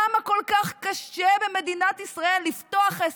למה כל כך קשה במדינת ישראל לפתוח עסק,